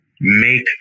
make